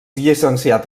llicenciat